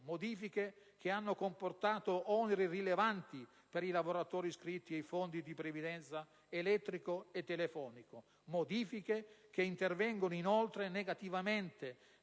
Modifiche che hanno comportato oneri rilevanti per i lavoratori iscritti ai fondi di previdenza elettrico e telefonico. Modifiche che intervengono, inoltre, negativamente